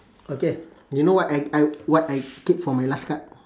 okay you know what I I what I keep for my last card